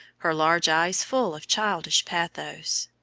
her large eyes full of childish pathos.